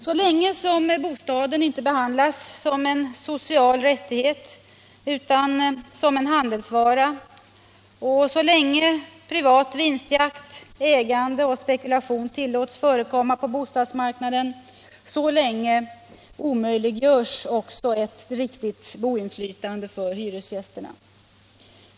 Så länge som bostaden inte behandlas som en social rättighet utan som en handelsvara, och så länge privat vinstjakt, ägande och spekulation tillåts förekomma på bostadsmarknaden — så länge omöjliggörs också ett riktigt boinflytande för hyresgästerna.